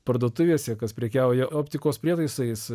parduotuvėse kas prekiauja optikos prietaisais